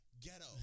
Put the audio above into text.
ghetto